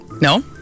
No